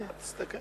הנה, תסתכל.